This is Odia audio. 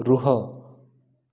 ରୁହ